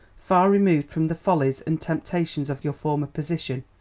far removed from the follies and temptations of your former position,